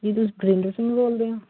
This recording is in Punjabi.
ਜੀ ਤੁਸੀਂ ਬਰਿੰਦਰ ਸਿੰਘ ਬੋਲਦੇ ਹੋ